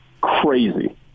crazy